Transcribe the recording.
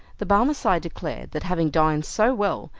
the barmecide declared that having dined so well,